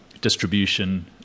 distribution